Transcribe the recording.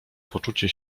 poczucie